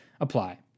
apply